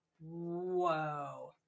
Whoa